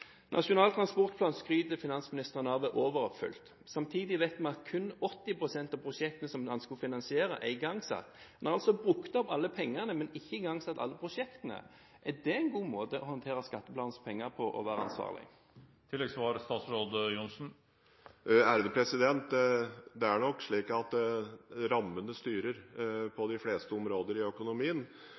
Nasjonal transportplan skryter finansministeren av er overoppfylt. Samtidig vet vi at kun 80 pst. av prosjektene som den skulle finansiere, er igangsatt. Vi har altså brukt opp alle pengene, men ikke igangsatt alle prosjektene. Er det en god måte å håndtere skattebetalernes penger på, og å være ansvarlig? Det er nok slik at rammene styrer på de fleste områder i økonomien.